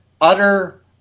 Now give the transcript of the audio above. utter